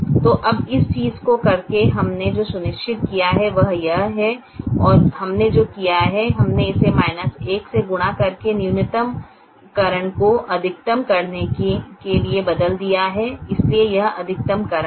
तो अब इस चीज को करके हमने जो सुनिश्चित किया है वह यह है और हमने जो किया है हमने इसे 1 से गुणा करके न्यूनतमकरण को अधिकतम करने के लिए बदल दिया है इसलिए यह अधिकतमकरण है